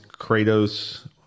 Kratos